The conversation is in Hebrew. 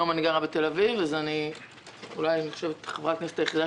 היום אני גרה בתל אביב אז אני אולי נחשבת לחברת הכנסת היחידה